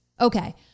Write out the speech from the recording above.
Okay